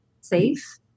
safe